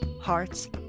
hearts